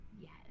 yes